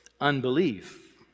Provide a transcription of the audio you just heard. unbelief